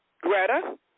Greta